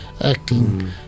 acting